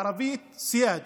בערבית סייג',